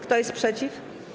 Kto jest przeciw?